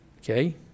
Okay